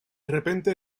repente